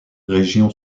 région